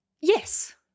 Yes